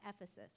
Ephesus